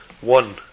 One